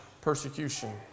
persecution